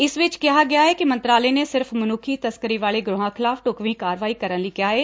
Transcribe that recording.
ਇਸ ਵਿਚ ਕਿਹਾ ਗਿਆ ਏ ਕਿ ਮੰਤਰਾਲੇ ਨੇ ਸਿਰਫ਼ ਮਨੁੱਖੀ ਤਸਕਰੀ ਵਾਲੇ ਗਰੋਹਾਂ ਖਿਲਾਫ਼ ਢੁਕਵੀਂ ਕਾਰਵਾਈ ਕਰਨ ਲਈ ਕਿਹਾ ਏ